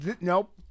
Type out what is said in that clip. nope